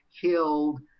killed